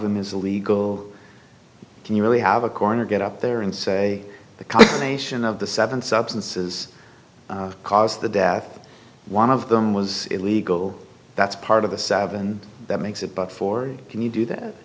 them is illegal can you really have a corner get up there and say the combination of the seven substances cause the death one of them was illegal that's part of the seven that makes it but for can you do that